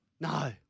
No